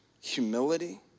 humility